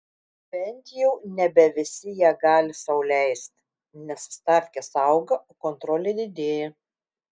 bent jau nebe visi ją gali sau leisti nes stavkės auga o kontrolė didėja